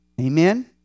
Amen